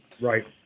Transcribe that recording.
Right